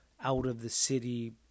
out-of-the-city